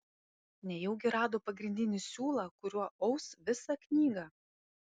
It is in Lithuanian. nejaugi rado pagrindinį siūlą kuriuo aus visą knygą